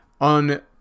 on